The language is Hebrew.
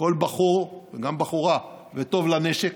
כל בחור וגם בחורה וטוב לנשק.